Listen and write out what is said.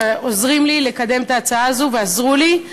שעוזרים לי לקדם את ההצעה הזו ועזרו לי.